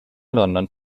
london